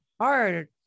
hard